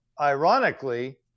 ironically